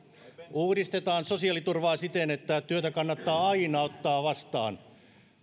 uudistetaan sosiaaliturvaa siten että työtä kannattaa aina ottaa vastaan